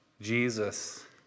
Jesus